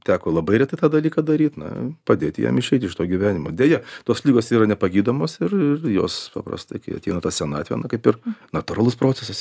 teko labai retai tą dalyką daryt na padėti jam išeit iš to gyvenimo deja tos ligos yra nepagydomos ir ir jos paprastai kai ateina ta senatvė na kaip ir natūralus procesas